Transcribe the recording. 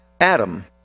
Adam